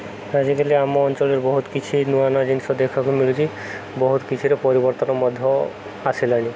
ଆଜିକାଲି ଆମ ଅଞ୍ଚଳରେ ବହୁତ କିଛି ନୂଆ ନୂଆ ଜିନିଷ ଦେଖିବାକୁ ମିଳୁଛି ବହୁତ କିଛିରେ ପରିବର୍ତ୍ତନ ମଧ୍ୟ ଆସିଲାଣି